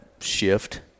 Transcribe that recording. shift